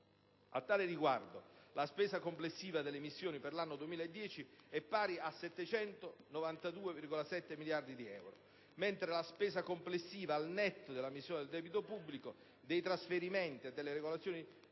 A tal riguardo, la spesa complessiva delle missioni per l'anno 2010 è pari a 792,7 miliardi di euro, mentre la spesa complessiva al netto della missione del debito pubblico, dei trasferimenti e delle regolazioni